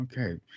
okay